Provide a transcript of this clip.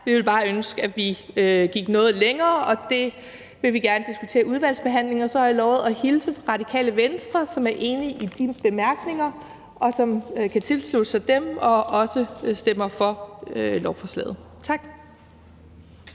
Vi ville bare ønske, at vi gik noget længere, og det vil vi gerne diskutere i udvalgsbehandlingen. Og så har jeg lovet at hilse fra Radikale Venstre, som er enige i de bemærkninger og kan tilslutte sig dem og også stemmer for lovforslaget. Tak.